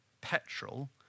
petrol